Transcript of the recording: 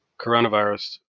coronavirus